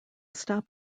stop